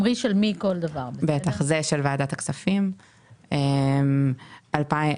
של מי הכספים הקואליציוניים האלה?